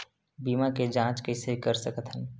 बीमा के जांच कइसे कर सकत हन?